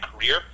career